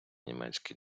німецької